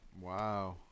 Wow